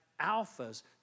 alphas